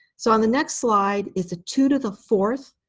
so on the next slide is a two to the fourth,